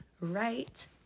right